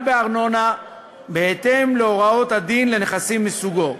בארנונה בהתאם להוראות הדין לנכסים מסוגו.